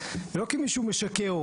לא כי מישהו משקר,